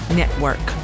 network